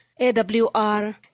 AWR